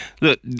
look